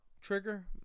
Trigger